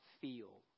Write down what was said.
feel